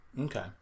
okay